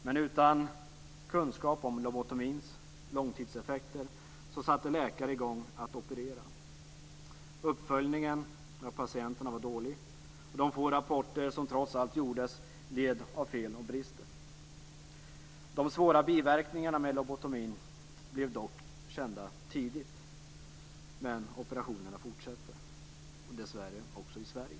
Men utan kunskap om lobotomins långtidseffekter satte läkare i gång att operera. Uppföljningen av patienterna var dålig. De få rapporter som trots allt gjordes led av fel och brister. De svåra biverkningarna med lobotomin blev kända tidigt. Men operationerna fortsatte - dessvärre också i Sverige.